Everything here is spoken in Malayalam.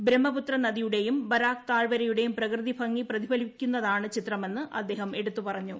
ബ്രഹ്മപുത്ര നദിയുടേയും ബരാക് താഴ്വരയുടേയും പ്രകൃതി ഭംഗി പ്രതിഫലിപ്പിക്കുന്നതാണ് ചിത്രമെന്ന് അദ്ദേഹം എടുത്തുപറഞ്ഞു